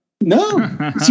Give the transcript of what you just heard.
No